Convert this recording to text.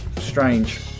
strange